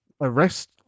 arrest